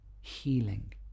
healing